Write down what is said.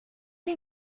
did